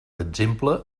exemple